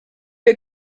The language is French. est